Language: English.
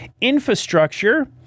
Infrastructure